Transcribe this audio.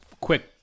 quick